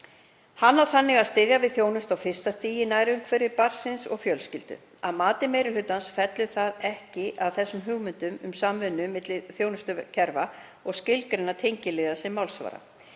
Hann á þannig að styðja við þjónustu á fyrsta stigi í nærumhverfi barnsins og fjölskyldu. Að mati meiri hlutans fellur það ekki að þessum hugmyndum um samvinnu milli þjónustukerfa að skilgreina tengiliði sem málsvara.